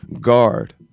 guard